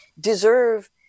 deserve